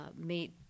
meet